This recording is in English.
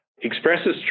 expresses